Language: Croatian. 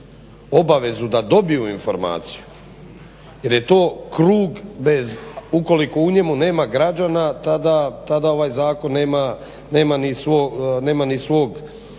obavezu da dobiju informaciju jer je to krug bez ukoliko u njemu nema građana tada ovaj zakon nema ni svog